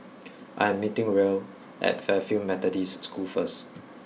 I am meeting Ruel at Fairfield Methodist School first